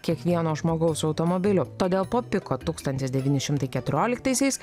kiekvieno žmogaus automobiliu todėl po piko tūkstantis devyni šimtai keturioliktaisiais